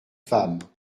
femme